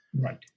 Right